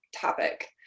topic